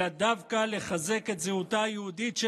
אלא דווקא לחזק את זהותה היהודית של